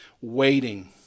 waiting